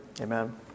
amen